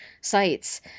sites